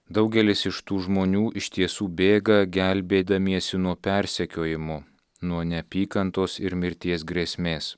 daugelis iš tų žmonių iš tiesų bėga gelbėdamiesi nuo persekiojimo nuo neapykantos ir mirties grėsmės